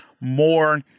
more